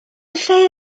lle